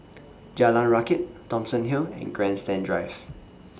Jalan Rakit Thomson Hill and Grandstand Drive